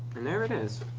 and there it is.